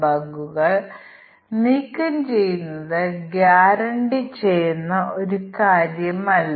നമ്മൾ അത് നോക്കാനായി മറ്റെന്തെങ്കിലും ചെയ്യേണ്ടതുണ്ട്